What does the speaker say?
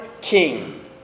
king